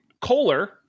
Kohler